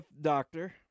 doctor